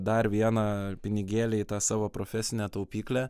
dar vieną pinigėlį į tą savo profesinę taupyklę